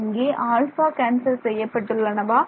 இங்கே α கேன்சல் செய்யப்பட்டுள்ளனவா